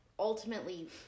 ultimately